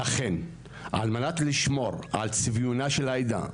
ולכן על מנת לשמור על צביונה של העדה,